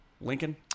Lincoln